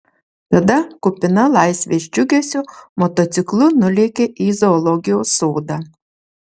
tada kupina laisvės džiugesio motociklu nulėkė į zoologijos sodą